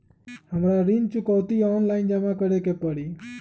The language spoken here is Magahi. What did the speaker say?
हमरा ऋण चुकौती ऑनलाइन जमा करे के परी?